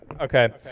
Okay